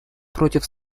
против